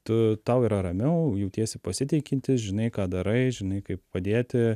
tu tau yra ramiau jautiesi pasitikintis žinai ką darai žinai kaip padėti